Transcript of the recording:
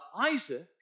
Isaac